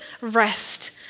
rest